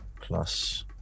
plus